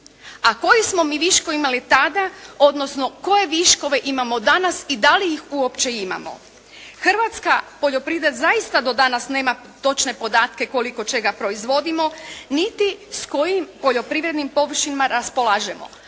A koje smo mi viškove imali tada odnosno koje viškove imamo danas i da li ih uopće imamo? Hrvatska poljoprivreda zaista do danas nema točne podatke koliko čega proizvodimo niti s kojim poljoprivrednim površinama raspolažemo?